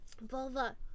Vulva